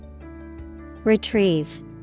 retrieve